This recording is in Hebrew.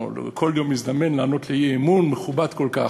לא כל יום מזדמן לענות על אי-אמון מכובד כל כך.